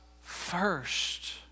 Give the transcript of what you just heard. first